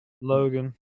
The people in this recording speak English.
Logan